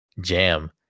jam